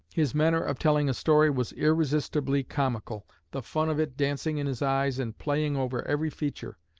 his manner of telling a story was irresistibly comical, the fun of it dancing in his eyes and playing over every feature.